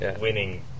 winning